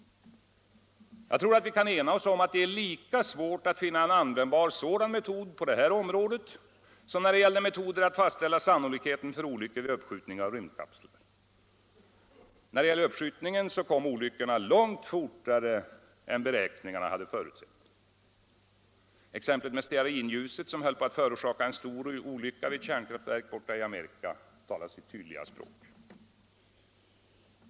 Jag tror att vi kan ena oss om att det är lika svårt att finna en användbar sådan metod på detta område som när det gällde metoder att fastställa sannolikheten för olyckor vid uppskjutning av rymdkapslar. När det gäller uppskjutningen kom olyckorna långt snabbare än beräkningarna hade förutsett. Exemplet med stearinljuset som höll på att förorsaka en stor olycka vid ett kärnkraftverk borta i Amerika talar sitt tydliga språk.